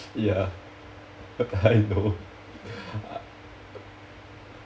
ya I know ah